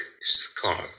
scarf